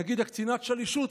קצינת השלישות,